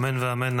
אמן ואמן.